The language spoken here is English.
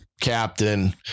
captain